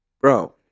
bro